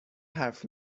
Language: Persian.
حرف